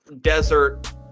desert